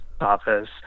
office